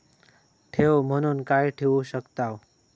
ठेव म्हणून काय ठेवू शकताव?